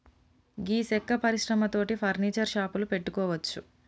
గీ సెక్క పరిశ్రమ తోటి ఫర్నీచర్ షాపులు పెట్టుకోవచ్చు